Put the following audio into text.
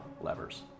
levers